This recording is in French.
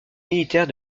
militaire